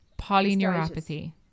polyneuropathy